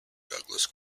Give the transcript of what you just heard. douglas